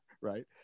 Right